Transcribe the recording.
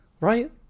right